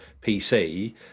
PC